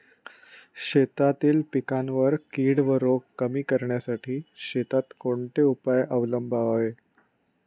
शेतातील पिकांवरील कीड व रोग कमी करण्यासाठी शेतात कोणते उपाय अवलंबावे?